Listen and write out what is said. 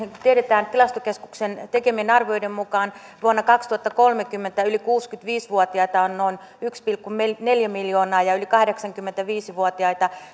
tiedetään että tilastokeskuksen tekemien arvioiden mukaan vuonna kaksituhattakolmekymmentä yli kuusikymmentäviisi vuotiaita on noin yksi pilkku neljä miljoonaa ja ja yli kahdeksankymmentäviisi vuotiaita